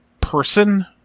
person